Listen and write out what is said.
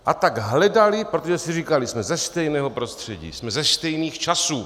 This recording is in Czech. A tak hledali, protože si říkali: Jsme ze stejného prostředí, jsme ze stejných časů.